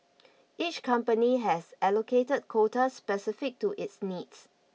each company has an allocated quota specific to its needs